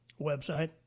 website